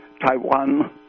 Taiwan